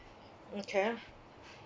okay